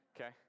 Okay